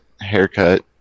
haircut